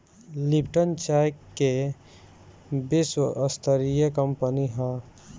Lipton चाय के विश्वस्तरीय कंपनी हअ